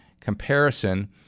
comparison